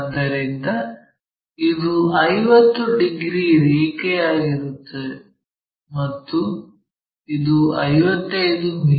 ಆದ್ದರಿಂದ ಇದು 50 ಡಿಗ್ರಿ ರೇಖೆಯಾಗಿರುತ್ತದೆ ಮತ್ತು ಇದು 55 ಮಿ